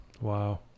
Wow